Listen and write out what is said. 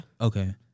okay